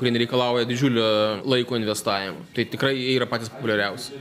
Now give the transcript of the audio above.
kurie nereikalauja didžiulio laiko investavimo tai tikrai jie yra patys populiariausi